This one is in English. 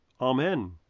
Amen